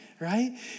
right